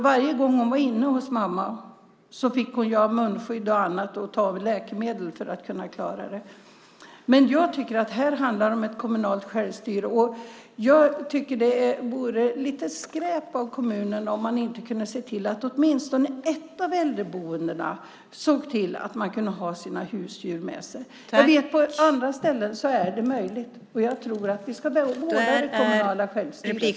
Varje gång hon var inne hos mamma fick hon ha munskydd och annat och ta läkemedel för att kunna klara det. Men jag tycker att här handlar det om ett kommunalt självstyre. Jag tycker att det vore lite skräp av kommunen om den inte kunde se till att åtminstone ett av äldreboendena såg till att man kunde ha sina husdjur med sig. På andra ställen är det möjligt. Vi ska vårda det kommunala självstyret.